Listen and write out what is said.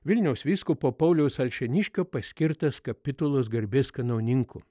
vilniaus vyskupo pauliaus alšėniškio paskirtas kapitulos garbės kanauninku